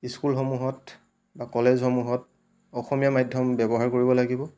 ইস্কুলসমূহত বা কলেজসমূহত অসমীয়া মাধ্যম ব্যৱহাৰ কৰিব লাগিব